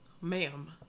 Ma'am